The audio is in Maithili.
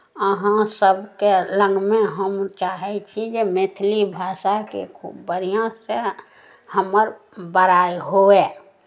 अहाँ सभके लगमे हम चाहै छी जे मैथिली भाषाके खूब बढ़िआँसँ हमर बड़ाइ हुअए